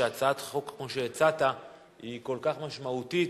שהצעת חוק כמו שהצעת היא כל כך משמעותית,